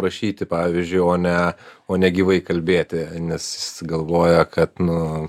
rašyti pavyzdžiui o ne o ne gyvai kalbėti nes galvoja kad nu